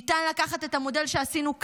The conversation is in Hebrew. ניתן לקחת את המודל שעשינו כאן,